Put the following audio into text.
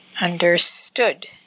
understood